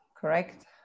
correct